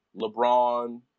LeBron